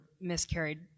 miscarried